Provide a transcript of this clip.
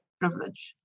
privilege